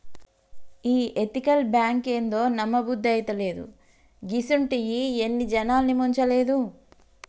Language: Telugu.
ఈ ఎతికల్ బాంకేందో, నమ్మబుద్దైతలేదు, గిసుంటియి ఎన్ని జనాల్ని ముంచలేదు